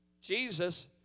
Jesus